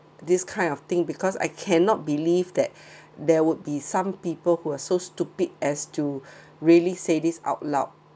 this kind of thing because I cannot believe that there would be some people who are so stupid as to really say this out loud